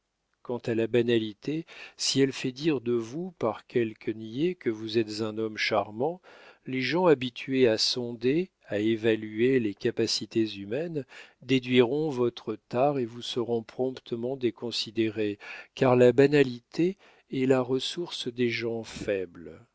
quant à la banalité si elle fait dire de vous par quelques niais que vous êtes un homme charmant les gens habitués à sonder à évaluer les capacités humaines déduiront votre tare et vous serez promptement déconsidéré car la banalité est la ressource des gens faibles